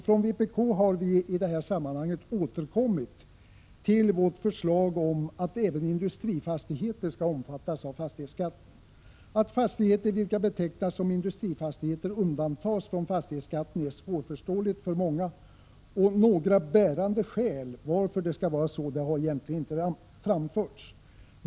Från vpk har vi i detta sammanhang återkommit till vårt förslag om att även industrifastigheter skall omfattas av fastighetsskatten. Att fastigheter vilka betecknas som industrifastigheter undantas från fastighetsskatten är svårförståeligt för många, och några bärande skäl varför det skall vara så har egentligen inte framförts.